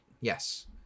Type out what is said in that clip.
yes